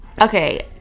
Okay